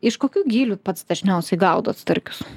iš kokių gilių pats dažniausiai gaudot starkius